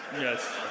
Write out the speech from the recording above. Yes